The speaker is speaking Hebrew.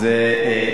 תלאים אותה.